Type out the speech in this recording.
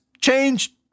change